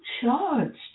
charged